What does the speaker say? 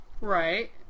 right